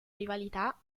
rivalità